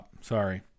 sorry